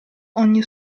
ogni